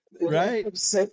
right